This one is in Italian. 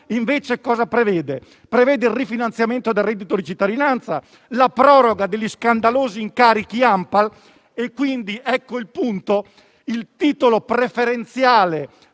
Prevede il rifinanziamento del reddito di cittadinanza, la proroga degli scandalosi incarichi ANPAL e quindi - ecco il